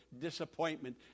disappointment